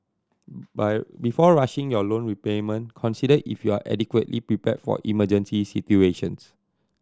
by before rushing your loan repayment consider if you are adequately prepared for emergency situations